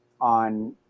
on